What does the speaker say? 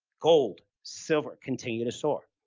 gold, silver continue to soar.